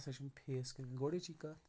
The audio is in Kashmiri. مےٚ سا چھِ یِم فیس کٔرمٕتۍ گۄڈٕے چھِ یہِ کَتھ